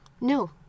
No